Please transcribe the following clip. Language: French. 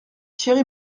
thierry